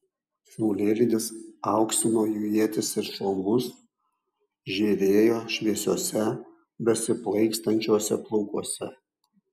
saulėlydis auksino jų ietis ir šalmus žėrėjo šviesiuose besiplaikstančiuose plaukuose